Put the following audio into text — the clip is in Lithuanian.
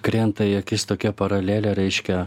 krenta į akis tokia paralelė reiškia